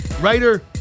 writer